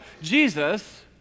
Jesus